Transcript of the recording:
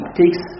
takes